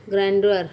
grandeur